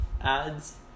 ads